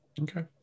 Okay